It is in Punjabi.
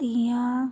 ਦੀਆਂ